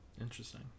Interesting